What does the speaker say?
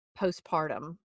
postpartum